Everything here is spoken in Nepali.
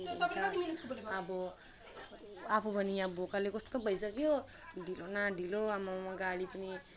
के हो छ्या अब आफू पनि यहाँ भोकले कस्तो भइसक्यो ढिलो न ढिलो आमामामा गाडी पनि